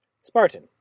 Spartan